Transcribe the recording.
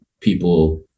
people